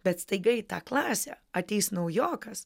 bet staiga į tą klasę ateis naujokas